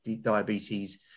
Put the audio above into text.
diabetes